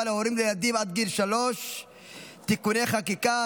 להורים לילדים עד גיל שלוש (תיקוני חקיקה),